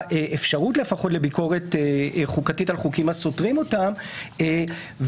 אפשרות לפחות לביקורת חוקתית על חוקים הסותרים אותם וזה